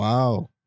Wow